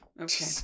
Okay